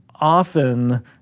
often